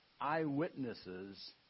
eyewitnesses